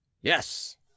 yes